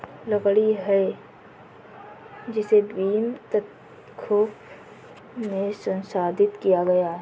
लकड़ी है जिसे बीम, तख्तों में संसाधित किया गया है